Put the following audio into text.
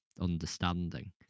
understanding